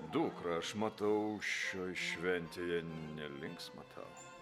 dukra aš matau šioj šventėje nelinksma tau